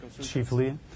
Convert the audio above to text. chiefly